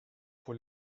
pour